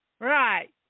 right